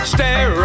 Stare